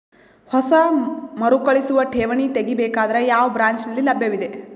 ಹೊಸ ಮರುಕಳಿಸುವ ಠೇವಣಿ ತೇಗಿ ಬೇಕಾದರ ಯಾವ ಬ್ರಾಂಚ್ ನಲ್ಲಿ ಲಭ್ಯವಿದೆ?